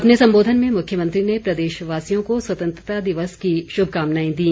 अपने संबोधन में मुख्यमंत्री ने प्रदेशवासियों को स्वतंत्रता दिवस की शुभकामनाएं दी